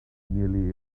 nearly